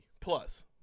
plus